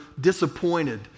disappointed